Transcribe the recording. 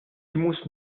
muss